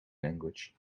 language